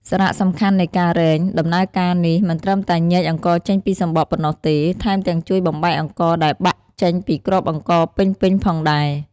សារៈសំខាន់នៃការរែង ដំណើរការនេះមិនត្រឹមតែញែកអង្ករចេញពីសម្បកប៉ុណ្ណោះទេ ថែមទាំងជួយបំបែកអង្ករដែលបាក់ចេញពីគ្រាប់អង្ករពេញៗផងដែរ។